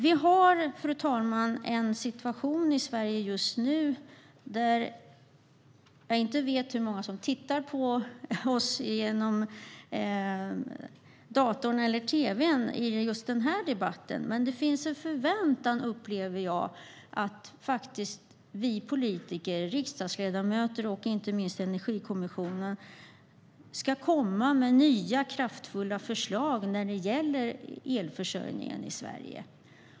Vi har just nu en situation i Sverige - jag vet inte hur många som följer debatten via datorn eller tv:n - där jag upplever att det finns en förväntan på oss politiker, riksdagsledamöter och inte minst Energikommissionen, att vi ska komma med nya kraftfulla förslag när det gäller elförsörjningen i Sverige.